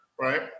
right